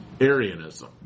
Arianism